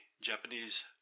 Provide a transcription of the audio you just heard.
Japanese